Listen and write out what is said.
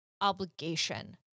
obligation